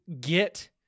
get